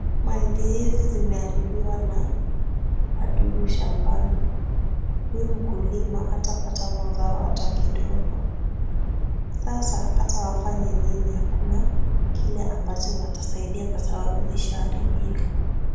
Mahindi hizi zimeharibiwa na wadudu shambani. Huyu mkulima hatapata mazao hata kidogo sasa ata afanye nini hakuna kile ambacho atasaidia kwa sababu zisha haribika.